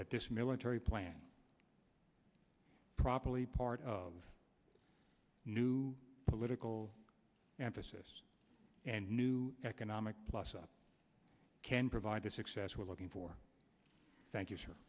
that this military plan properly part of new political emphasis and new economic plus up can provide the success we're looking for thank you